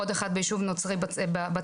עוד אחת ביישוב נוצרי בצפון,